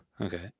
okay